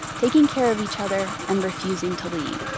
taking care of each other and refusing to leave,